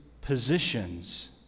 positions